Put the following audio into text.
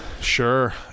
Sure